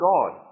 God